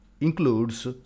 includes